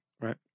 right